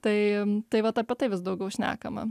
tai tai vat apie tai vis daugiau šnekama